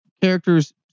characters